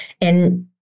And-